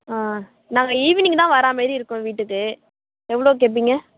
ஆ நாங்கள் ஈவினிங் தான் வர்ற மாரி இருக்கும் வீட்டுக்கு எவ்வளோ கேட்பீங்க